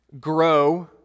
grow